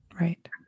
Right